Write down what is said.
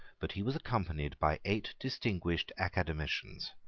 but he was accompanied by eight distinguished academicians,